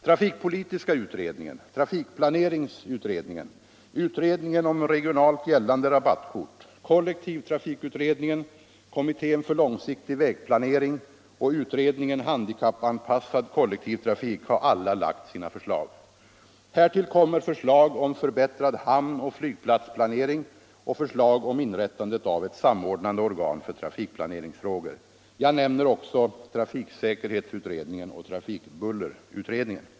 Ållmänpolitisk debatt Allmänpolitisk debatt för långsiktig vägplanering och utredningen om handikappanpassad kollektivtrafik har allta lagt sina förslag. Härtill kommer förstag om förbättrad hamnoch flygplatsplanering samt förstlag om inrättandet av ett samordnande organ för trafikplaneringsfrågor. Jag nämner också trafiksäkerhetsutredningen och trafikbullerutredningen.